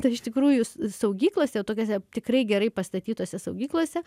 tai iš tikrųjų saugyklose tokiose tikrai gerai pastatytose saugyklose